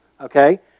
okay